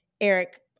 Eric